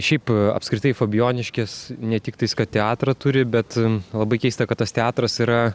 šiaip apskritai fabijoniškės ne tiktais kad teatrą turi bet labai keista kad tas teatras yra